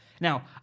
Now